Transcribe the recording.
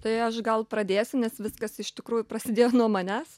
tai aš gal pradėsiu nes viskas iš tikrųjų prasidėjo nuo manęs